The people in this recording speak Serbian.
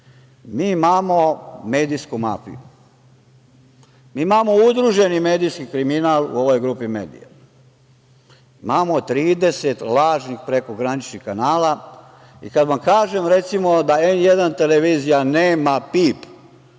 imamo medijsku mafiju. Imamo udruženi medijski kriminal u ovoj grup medija. Imamo 30 lažnih prekograničnih kanala, i kad vam kažem, da recimo, "N1" televizija nema PIB,